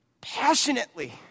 passionately